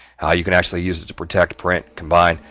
ah you can actually use it to protect, print, combine,